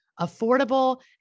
affordable